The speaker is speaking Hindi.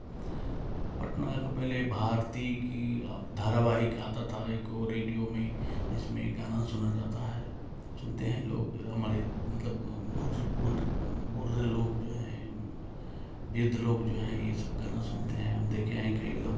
पटना का पहले भारती की अब धारावाहिक आता था एक वह रेडियो में जिसमें गाना सुना जाता है सुनते हैं लोग हमारे मतलब बूढ़े लोग जो हैं वृद्ध लोग जो हैं यह सब गाना सुनते हैं हम देख हैं कई लोग